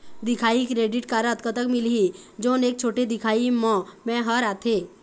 दिखाही credit card कतक मिलही जोन एक छोटे दिखाही म मैं हर आथे?